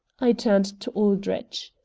i turned to aldrich.